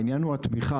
העניין הוא התמיכה.